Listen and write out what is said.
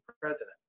president